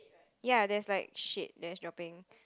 ya there's like shit that is dropping